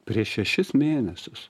prieš šešis mėnesius